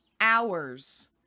hours